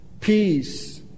peace